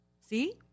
See